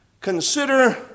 consider